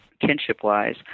kinship-wise